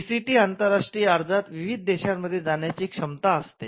PCT आंतरराष्ट्रीय अर्जात विविध देशांमध्ये जाण्याची क्षमता असते